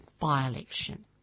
by-election